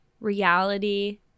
reality